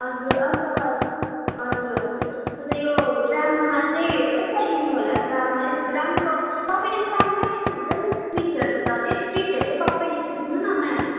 हजुर अन्त हजुर हजुर अन्त यो ड्रामामा चाहिँ कसलाई दिनुहोला ड्रामा अलिकति राम्रो तपाईँले पनि राम्रै लेख्नुहुन्छ नि स्क्रिप्टहरू त त्यो स्क्रिप्टहरू त तपाईँ लेखिदिनु न म्याम